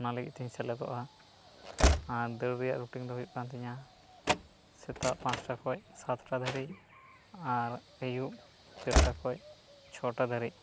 ᱚᱱᱟ ᱞᱟᱹᱜᱤᱫ ᱛᱤᱧ ᱥᱮᱞᱮᱫᱚᱜᱼᱟ ᱟᱨ ᱫᱟᱹᱲ ᱨᱮᱭᱟᱜ ᱨᱩᱴᱤᱱ ᱫᱚ ᱦᱩᱭᱩᱜ ᱠᱟᱱ ᱛᱤᱧᱟ ᱥᱮᱛᱟᱜ ᱯᱟᱸᱪᱴᱟ ᱠᱷᱚᱡ ᱥᱟᱛ ᱫᱷᱟᱹᱨᱤᱡ ᱟᱨ ᱟᱭᱩᱵ ᱪᱟᱨᱴᱟ ᱠᱷᱚᱡ ᱪᱷᱚᱴᱟ ᱫᱷᱟᱹᱨᱤᱡ